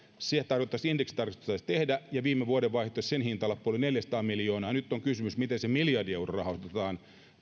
sehän tarkoittaisi että indeksitarkistusta ei tarvitsisi tehdä ja viime vuodenvaihteessa sen hintalappu oli neljäsataa miljoonaa nyt on siis kysymys siitä miten se miljardi euroa rahoitetaan